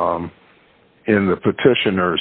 is in the petitioners